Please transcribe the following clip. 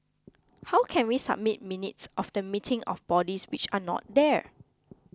how can we submit minutes of the meeting of bodies which are not there